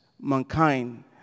mankind